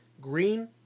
green